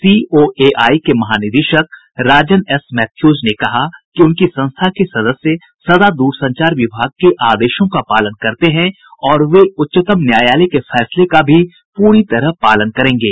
COAI के महानिदेशक Rajan S Mathews ने कहा कि उनकी संस्था के सदस्य सदा द्रसंचार विभाग के आदेशों का पालन करते हैं और वे उच्चतम न्यायालय के फैसले का भी पूरी तरह पालन करेंगे